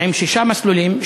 עם שישה מסלולים,